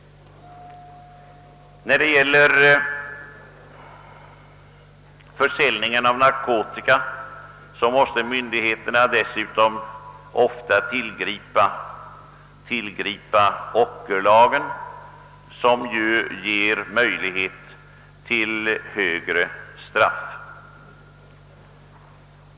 När det gäller försäljning av narkotika måste myndigheterna dessutom ofta tillämpa ockerlagen, som ger möjlighet till strängare straff.